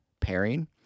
pairing